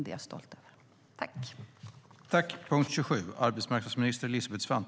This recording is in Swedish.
Det är jag stolt över.